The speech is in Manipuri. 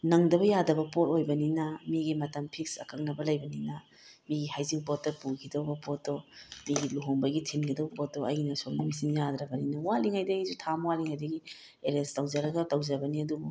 ꯅꯪꯗꯕ ꯌꯥꯗꯕ ꯄꯣꯠ ꯑꯣꯏꯕꯅꯤꯅ ꯃꯤꯒꯤ ꯃꯇꯝ ꯐꯤꯛꯁ ꯑꯀꯛꯅꯕ ꯂꯩꯕꯅꯤꯅ ꯃꯤꯒꯤ ꯍꯩꯖꯤꯡꯄꯣꯠꯇ ꯄꯨꯈꯤꯗꯧꯕ ꯄꯣꯠꯇꯣ ꯃꯤꯒꯤ ꯂꯨꯍꯣꯡꯕꯒꯤ ꯊꯤꯟꯒꯗꯧꯕ ꯄꯣꯠꯇꯣ ꯑꯩꯅ ꯁꯣꯝꯗ ꯃꯦꯆꯤꯟ ꯌꯥꯗ꯭ꯔꯕꯅꯤꯅ ꯋꯥꯠꯂꯤꯉꯩꯗꯒꯤꯁꯨ ꯊꯥ ꯑꯃ ꯋꯥꯠꯂꯤꯉꯩꯗꯒꯤ ꯑꯦꯔꯦꯟꯖ ꯇꯧꯖꯔꯒ ꯇꯧꯖꯕꯅꯤ ꯑꯗꯨꯕꯨ